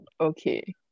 Okay